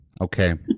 Okay